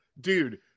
dude